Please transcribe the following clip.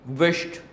wished